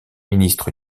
ministre